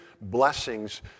blessings